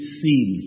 seen